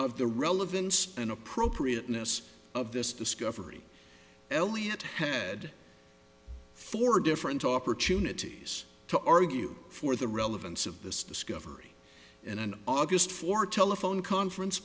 of the relevance and appropriateness of this discovery elliott head four different opportunities to argue for the relevance of this discovery in an august for telephone conference